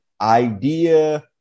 idea